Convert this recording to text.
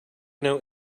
know